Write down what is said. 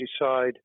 decide